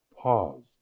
pause